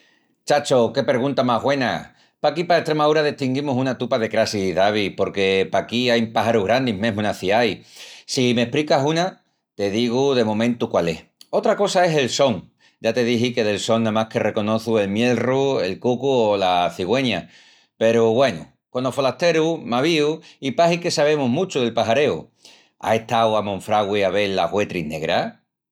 Chacho, qué pergunta más güena! Paquí pa Estremaúra destinguimus una tupa de crassis d'avis, porque paquí ain páxarus grandis mesmu enas ciais. Si m'espricas una te digu de momentu quál es. Otra cosa es el son. Ya te dixi que del son namás que reconoçu el mielru, el cucu o la cigüeña. Peru, güenu, conos folasterus m'avíu i pahi que sabemus muchu del paxareu. Ás estau a Monfragüi a vel las güetris negras?